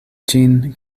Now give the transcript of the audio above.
ĝin